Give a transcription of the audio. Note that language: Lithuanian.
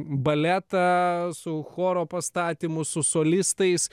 baletą su choro pastatymu su solistais